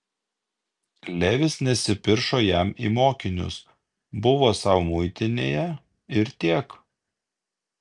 levis nesipiršo jam į mokinius buvo sau muitinėje ir tiek